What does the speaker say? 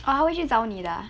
orh 他会找你的 ah